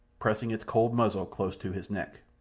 pressing its cold muzzle close to his neck.